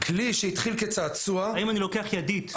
כלי שהתחיל כצעצוע --- ואם אני לוקח ידית,